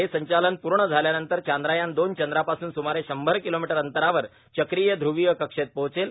हे संचालन पूर्ण झाल्यानंतर चांद्रयान दोन चंद्रापासून सुमारे शंभर किलोमीटर अंतरावर चक्रीय ध्वीय कक्षेत पोहोचेल